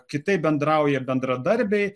kitaip bendrauja bendradarbiai